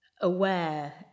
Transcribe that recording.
aware